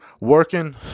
working